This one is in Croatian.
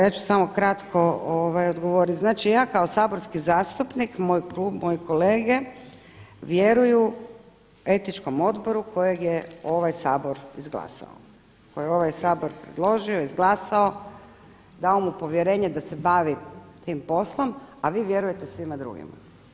Ja ću samo kratko odgovoriti, znači ja kao saborski zastupnik, moj klub, moje kolege vjeruju Etičkom odboru kojeg je ovaj Sabor izglasao, koje je ovaj Sabor predložio, izglasao dao mu povjerenje da se bavi tim poslom, a vi vjerujete svima drugima.